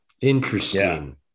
Interesting